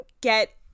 get